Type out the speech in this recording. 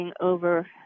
over